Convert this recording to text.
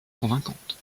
convaincante